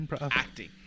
acting